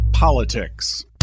Politics